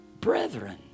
brethren